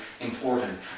important